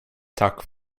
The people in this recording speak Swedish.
tack